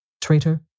Traitor